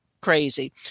crazy